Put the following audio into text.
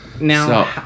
Now